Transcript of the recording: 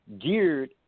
geared